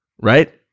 right